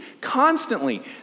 constantly